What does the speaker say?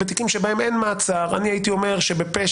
בתיקים שבהם אין מעצר אני הייתי אומר שבפשע